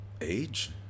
Age